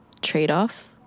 trade-off